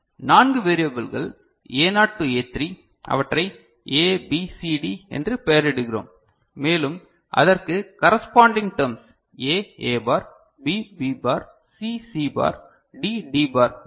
நான்கு வேரியபல்கள் Aநாட் டு A3 அவற்றை ABCD என்று பெயரிடுகிறோம் மேலும் அதற்கு கரஸ்பாண்டிங் டெர்ம்ஸ் A Aபார் B Bபார் C Cபார் D Dபார் உள்ளது